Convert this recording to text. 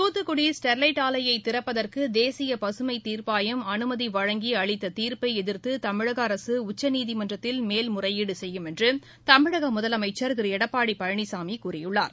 Thoothukudi Sterlite ஆலையைத் திறப்பதற்கு தேசிய பசுமைத் தீர்ப்பாயம் அனுமதி வழங்கி அளித்த தீர்ப்பை எதிர்த்து தமிழக அரசு உச்சநீதிமன்றத்தில் மேல் முறையீடு செய்யும் என்று தமிழக முதலமைச்சர் திரு எடப்பாடி பழனிசாமி கூறியுள்ளார்